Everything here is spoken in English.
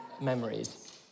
memories